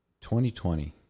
2020